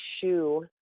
shoe